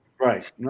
Right